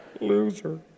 Loser